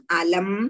alam